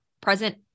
present